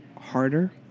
harder